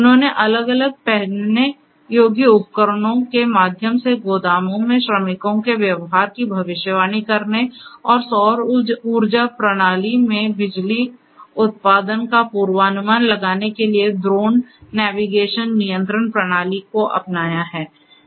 उन्होंने अलग अलग पहनने योग्य उपकरणों के माध्यम से गोदामों में श्रमिकों के व्यवहार की भविष्यवाणी करने और सौर ऊर्जा प्रणाली में बिजली उत्पादन का पूर्वानुमान लगाने के लिए ड्रोन नेविगेशन नियंत्रण प्रणाली को अपनाया है